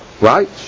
Right